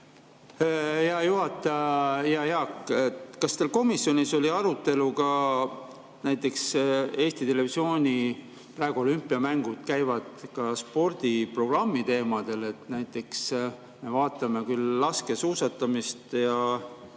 Hea juhataja! Hea Jaak! Kas teil komisjonis oli arutelu ka näiteks Eesti Televisiooni – praegu olümpiamängud käivad – spordiprogrammi teemadel? Näiteks me vaatame küll laskesuusatamist ja